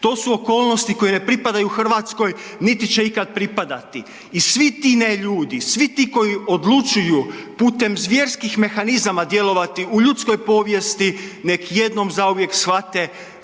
to su okolnosti koje ne pripadaju Hrvatskoj niti će ikad pripadati i svi ti neljudi, svi ti koji odlučuju putem zvjerskih mehanizama djelovati u ljudskoj povijesti, nek jednom zauvijek shvate,